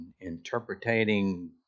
interpreting